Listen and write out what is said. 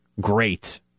great